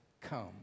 come